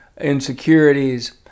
insecurities